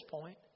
point